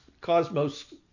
cosmos